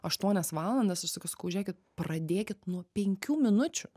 aštuonias valandas aš sakau sakau žiūrėkit pradėkit nuo penkių minučių